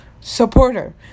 supporter